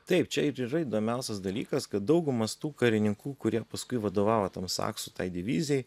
taip čia ir yra įdomiausias dalykas kad daugumas tų karininkų kurie paskui vadovo tam saksų tai divizijai